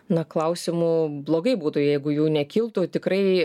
na klausimų blogai būtų jeigu jų nekiltų tikrai